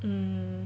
mm